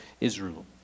Israel